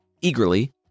Eagerly